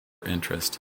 interest